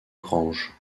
grange